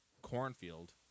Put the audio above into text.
Cornfield